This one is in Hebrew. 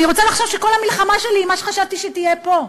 אני רוצה לחשוב שכל המלחמה שלי היא מה שחשבתי שתהיה פה.